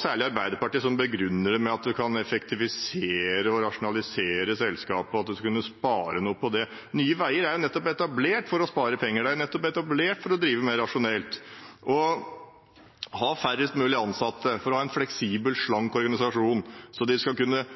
særlig når Arbeiderpartiet begrunner det med at en kan effektivisere og rasjonalisere selskapet, og at en kan spare noe på det. Nye Veier er etablert nettopp for å spare penger. Det er etablert nettopp for å drive mer rasjonelt og ha færrest mulig ansatte for å ha en fleksibel, slank organisasjon, så de skal kunne